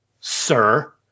sir